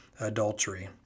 adultery